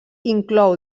inclou